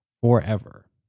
forever